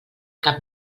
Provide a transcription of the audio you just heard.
cap